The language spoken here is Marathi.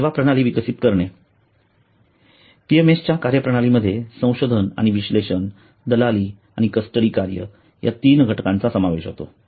सेवा प्रणाली विकसित करणे पीएमएस च्या कार्यप्रणालीमध्ये संशोधन आणि विश्लेषण दलाल आणि कस्टडी कार्य या तीन घटकांचा समावेश होतो